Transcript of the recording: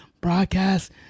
broadcast